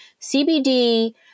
CBD